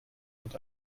und